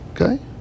Okay